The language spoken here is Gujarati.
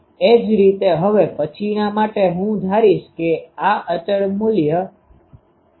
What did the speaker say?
એ જ રીતે હવે પછીના માટે હું ધારીશ કે આ અચળ પ્રવાહ મૂલ્ય છે